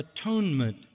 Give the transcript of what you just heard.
atonement